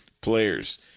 players